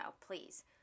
please